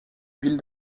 ville